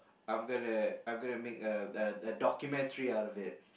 I'm gonna I'm gonna make a a a documentary out of it